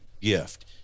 gift